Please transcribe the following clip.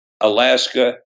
Alaska